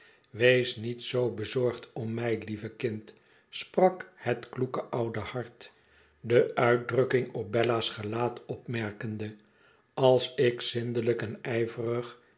wees niet zoo bezorgd om mij lieve kind sprak het kloeke oude hart de uitdrukking op bella's gelaat opmerkende als ik zindelijk en ijverig